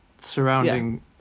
surrounding